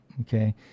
okay